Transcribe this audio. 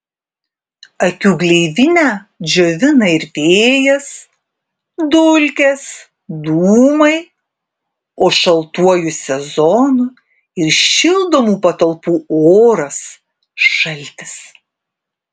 akių gleivinę džiovina ir vėjas dulkės dūmai o šaltuoju sezonu ir šildomų patalpų oras šaltis